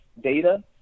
data